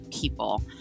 people